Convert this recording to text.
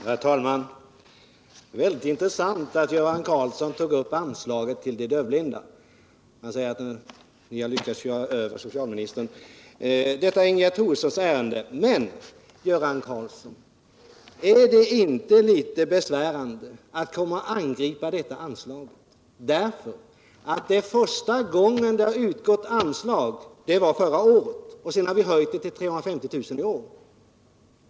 Herr talman! Det är intressant att Göran Karlsson tog upp anslaget till de dövblinda. Han säger att man lyckats köra över socialministern. Detta är Ingegerd Troedssons ärende. Men, Göran Karlsson, är det inte litet besvärande att komma och angripa detta anslag därför att det utgick för första gången förra året? Sedan har vi i år höjt det till 350 000 kr.